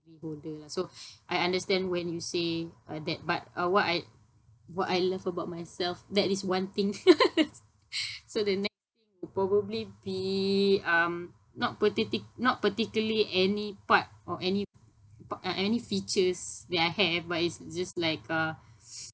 holder so I understand when you say uh that part uh what I what I love about myself that is one thing so the next thing would probably be um not parti~ not particularly any part or any pa~ or any features that I have but it's just like uh